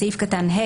בסעיף קטן (ה),